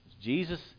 Jesus